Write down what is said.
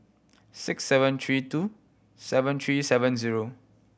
six seven three two seven three seven zero